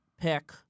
pick